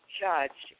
judge